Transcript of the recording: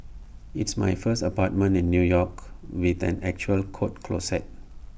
it's my first apartment in new york with an actual coat closet